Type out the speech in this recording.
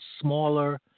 smaller